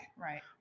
Right